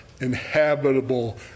inhabitable